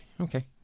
okay